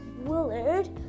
Willard